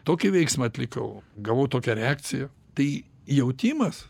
tokį veiksmą atlikau gavau tokią reakciją tai jautimas